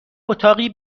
اتاقی